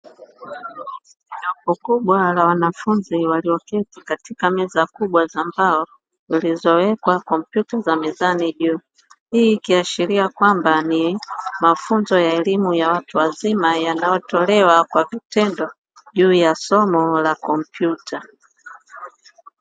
Rundo kubwa la wanafunzi walioketi katika meza kubwa za mbao zilizowekwa kompyuta za mezani juu. Hii ikiashiria kwamba ni mafunzo ya elimu ya watu wazima yanayotolewa kwa vitendo juu ya somo la kompyuta.